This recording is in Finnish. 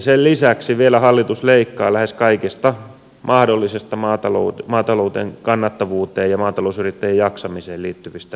sen lisäksi vielä hallitus leikkaa lähes kaikesta mahdollisesta maatalouden kannattavuuteen ja maatalousyrittäjien jaksamiseen liittyvistä asioista